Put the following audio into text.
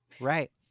Right